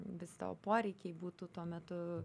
visi tavo poreikiai būtų tuo metu